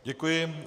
Děkuji.